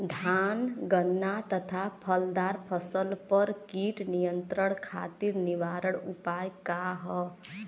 धान गन्ना तथा फलदार फसल पर कीट नियंत्रण खातीर निवारण उपाय का ह?